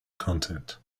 content